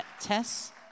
Tess